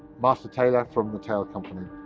master tailer from the tail company.